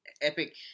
epic